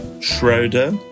Schroeder